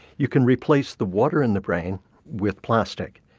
you can replace the water in the brain with plastic,